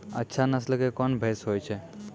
अच्छा नस्ल के कोन भैंस होय छै?